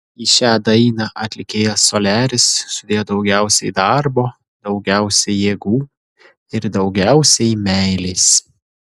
į šią dainą atlikėjas soliaris sudėjo daugiausiai darbo daugiausiai jėgų ir daugiausiai meilės